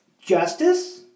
Justice